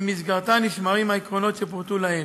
ובמסגרתה נשמרים העקרונות שפורטו לעיל.